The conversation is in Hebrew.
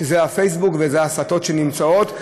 שזה הפייסבוק וההסתות שנמצאות שם.